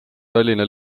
tallinna